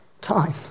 Time